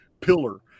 pillar